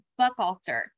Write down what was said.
Buckalter